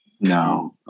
No